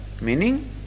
Meaning